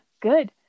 good